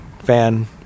fan